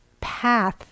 path